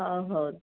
ହଉ ହଉ